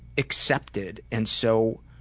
excepted and so,